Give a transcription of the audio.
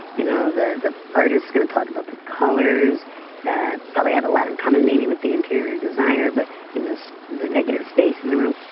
you know the the artists going to talk about the colors and probably have a lot in common maybe with the interior designer, but in this negative space in the room.